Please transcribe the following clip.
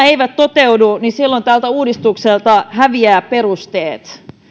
eivät toteudu niin silloin tältä uudistukselta häviävät perusteet